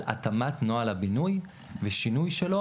על התאמת נוהל הבינוי ושינוי שלו,